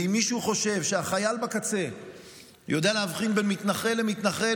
ואם מישהו חושב שהחייל בקצה יודע להבחין בין מתנחל למתנחל,